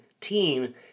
team